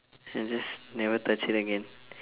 and just never touch it again